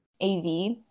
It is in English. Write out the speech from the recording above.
av